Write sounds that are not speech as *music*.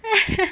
*laughs*